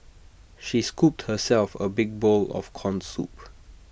she scooped herself A big bowl of Corn Soup